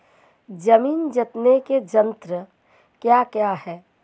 जमीन जोतने के यंत्र क्या क्या हैं?